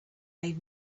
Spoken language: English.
made